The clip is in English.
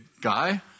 guy